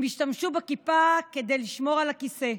הם השתמשו בכיפה כדי לשמור על הכיסא,